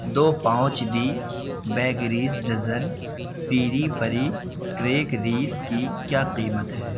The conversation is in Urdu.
do pouch the bakeries dozen peri peri crackers کی کیا قیمت ہے